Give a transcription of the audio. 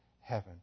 heaven